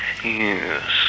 Yes